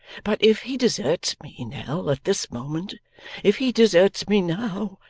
but if he deserts me, nell, at this moment if he deserts me now,